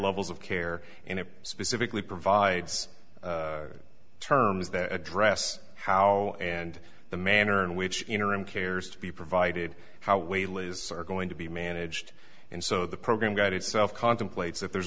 levels of care and it specifically provides terms that address how and the manner in which interim cares to be provided how wait lists are going to be managed and so the program got itself contemplates that there's